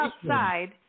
outside